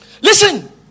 Listen